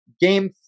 Game